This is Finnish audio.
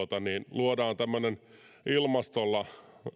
luodaan ilmastolla